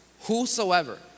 whosoever